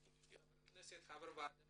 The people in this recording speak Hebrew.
חבר כנסת חבר ועדה